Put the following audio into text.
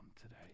today